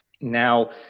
now